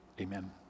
Amen